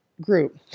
Group